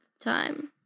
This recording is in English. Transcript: time